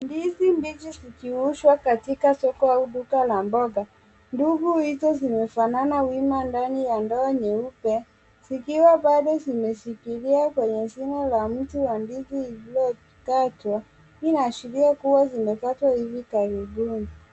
Ndizi mbichi zikiuzwa katika soko au duka la mboga. Ndugu hizo zimefanana wima na ndani ya ndoo nyeupe, zikiwa bado zimeshikilia kwenye shina la mti wa ndizi iliyokatwa. Hii inaashiria kuwa zimekatwa hivi karibuni.